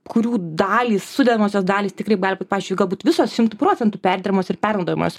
kurių dalys sudedamosios dalys tikrai gali būt pavyzdžiui galbūt visos šimtu procentų perdirbamos ir pernaudojamos